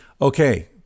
okay